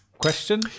Question